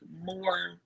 more